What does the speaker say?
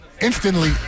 instantly